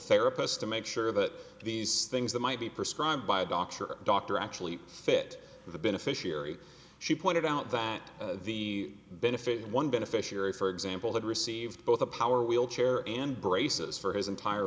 therapist to make sure that these things that might be prescribed by a doctor or doctor actually fit the beneficiary she pointed out that the benefit one beneficiary for example had received both a power wheelchair and braces for his entire